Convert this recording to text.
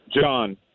John